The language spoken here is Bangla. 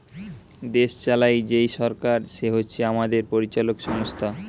দেশ চালায় যেই সরকার সে হচ্ছে আমাদের পরিচালক সংস্থা